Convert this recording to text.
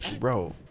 Bro